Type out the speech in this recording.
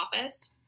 office